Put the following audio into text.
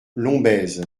lombez